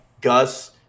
Gus